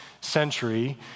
century